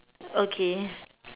okay